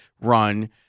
run